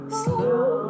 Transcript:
slow